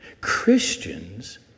Christians